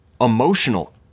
emotional